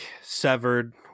severed